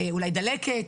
אולי דלקת,